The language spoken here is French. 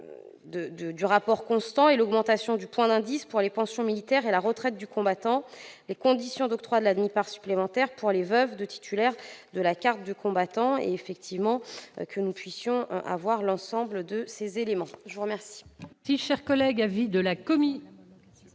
du rapport constant, sur l'augmentation du point d'indice pour les pensions militaires et la retraite du combattant et sur les conditions d'octroi de la demi-part supplémentaire pour les veuves de titulaires de la carte du combattant, afin que nous puissions disposer de l'ensemble de ces éléments. L'amendement